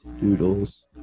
Doodles